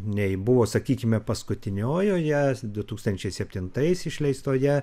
nei buvo sakykime paskutiniojoje du tūkstančiai septintais išleistoje